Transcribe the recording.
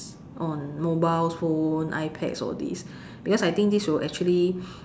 on mobile phone iPad all these because I think these will actually